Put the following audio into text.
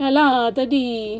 ah lah tadi